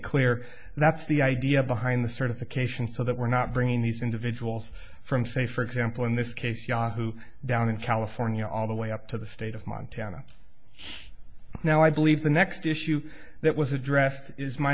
clear that's the idea behind the certification so that we're not bringing these individuals from say for example in this case yahoo down in california all the way up to the state of montana huge now i believe the next issue that was addressed is my